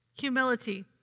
Humility